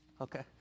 Okay